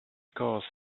cause